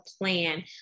plan